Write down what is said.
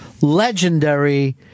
legendary